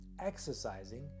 exercising